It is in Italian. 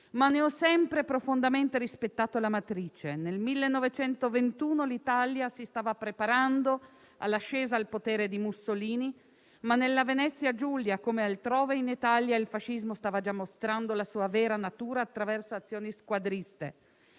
ma ne ho sempre profondamente rispettato la matrice. Nel 1921 l'Italia si stava preparando all'ascesa al potere di Mussolini, ma nella Venezia Giulia, come altrove in Italia, il fascismo stava già mostrando la sua vera natura attraverso azioni squadriste.